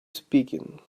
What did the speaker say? speaking